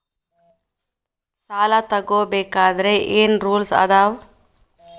ಸಾಲ ತಗೋ ಬೇಕಾದ್ರೆ ಏನ್ ರೂಲ್ಸ್ ಅದಾವ?